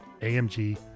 AMG